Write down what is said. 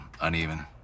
uneven